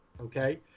Okay